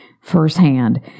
firsthand